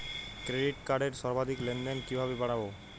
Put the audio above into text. Credit কার্ডের সর্বাধিক লেনদেন কিভাবে বাড়াবো?